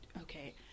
Okay